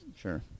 Sure